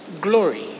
glory